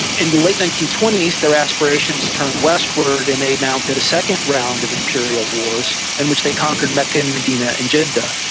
in the late nineteen twenty s their aspirations turned westward and they mounted a second round of imperial wars in which they conquered mecca and medina and jeddah.